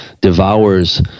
devours